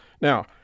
Now